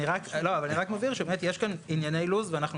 אני רק מבהיר שבאמת יש כאן ענייני לו"ז ואנחנו